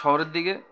শহরের দিকে